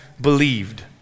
believed